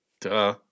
Duh